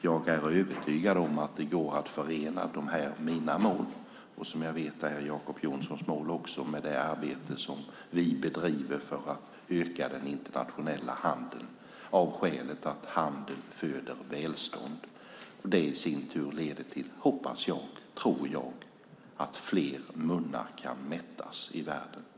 Jag är övertygad om att det går att förena mina mål som jag vet också är Jacob Johnsons med det arbete som vi bedriver för att öka den internationella handeln. Handel föder välstånd. Det i sin tur leder till, hoppas och tror jag, att fler munnar kan mättas i världen.